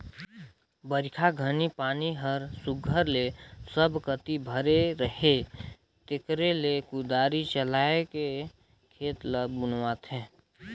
बरिखा घनी पानी हर सुग्घर ले सब कती भरे रहें तेकरे ले कुदारी चलाएके खेत ल बनुवाथे